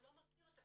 הוא לא מכיר אותם.